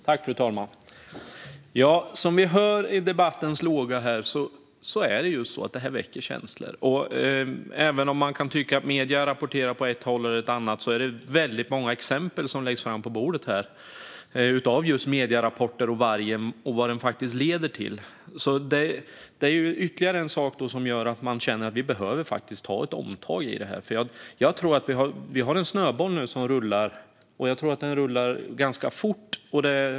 Fru talman! Som vi märker av debattens låga väcker det här känslor. Även om medierna rapporterar på ett sätt eller ett annat är det väldigt många exempel som läggs fram på bordet här, exempel från medierapporter om vargen och vad den leder till. Det är ytterligare en sak som gör att man känner att vi behöver ta ett omtag. Vi har nu en snöboll som rullar, och jag tror att den rullar ganska fort.